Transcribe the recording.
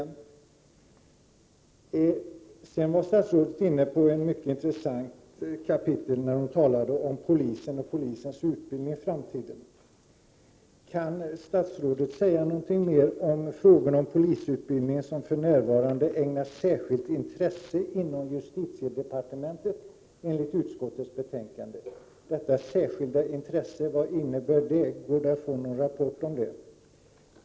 Statsrådet var vidare inne på polisens utbildning i framtiden, som är ett mycket intressant kapitel. Kan statsrådet säga någonting mer i fråga om polisutbildningen, som enligt utskottets betänkande för närvarande ägnas särskilt intresse inom justitiedepartementet? Är det möjligt att få besked om vad detta särskilda intresse innebär?